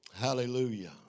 Hallelujah